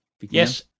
Yes